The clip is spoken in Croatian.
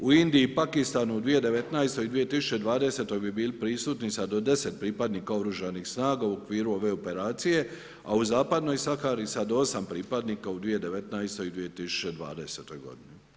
U Indiji i Pakistanu u 2019. i 2020. bi bili prisutni sa do 10 pripadnika oružanih snaga u okviru ove operacije, a u Zapadnoj Sahari sa do 8 pripadnika u 2019. i 2020. godini.